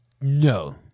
No